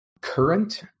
current